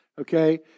okay